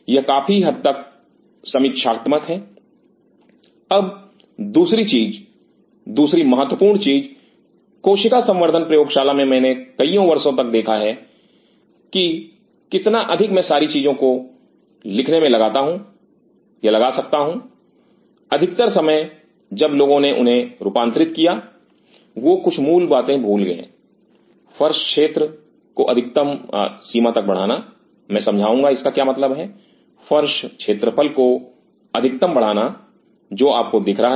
यह काफी हद तक समीक्षात्मक है अब दूसरी चीज दूसरी महत्वपूर्ण चीज कोशिका संवर्धन प्रयोगशाला में मैंने कइयों वर्षों तक देखी है कितना अधिक मैं सारी चीजों को लिखने में लगा सकता हूं अधिकतर समय जब लोगों ने उन्हें रूपांतरित किया वह कुछ मूलभूत बातें भूल गए फर्श क्षेत्र को अधिकतम सीमा तक बढ़ाना मैं समझाऊंगा इसका क्या मतलब है फर्श क्षेत्रफल को अधिकतम बढ़ाना जो आपको दिख रहा है